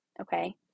okay